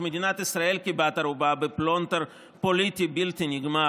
מדינת ישראל כבת ערובה בפלונטר פוליטי בלתי נגמר,